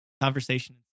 Conversation